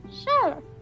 Sure